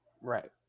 Right